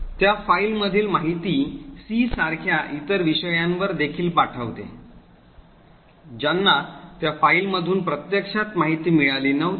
त्या फाईल मधील माहिती C सारख्या इतर विषयांवर देखील पाठवते ज्यांना त्या फाईल मधून प्रत्यक्षात माहिती मिळाली नव्हती